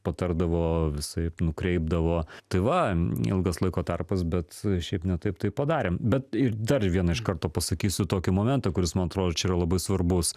patardavo visaip nukreipdavo tai va ilgas laiko tarpas bet šiaip ne taip tai padarėm bet ir dar vieną iš karto pasakysiu tokį momentą kuris man atrodo čia yra labai svarbus